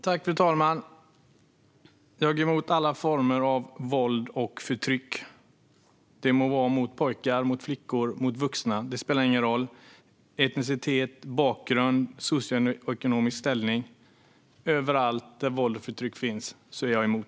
Fru talman! Jag är emot alla former av våld och förtryck. Det må vara mot pojkar, mot flickor eller mot vuxna och det må handla om etnicitet, bakgrund eller socioekonomisk ställning - det spelar ingen roll. Alla former av våld och förtryck är jag emot.